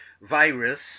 virus